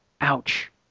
Ouch